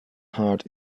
heart